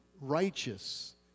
righteous